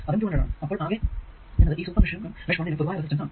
അതും 200 ആണ് അപ്പോൾ ആകെ എന്നത് ഈ സൂപ്പർ മെഷിനും മെഷ് 1 നും പൊതുവായ റെസിസ്റ്റൻസ് ആണ്